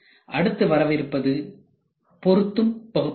அடுத்து வரவிருப்பது பொருத்தும் பகுப்பாய்வு